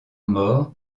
mort